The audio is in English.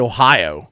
Ohio